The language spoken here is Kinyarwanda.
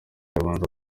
yabanza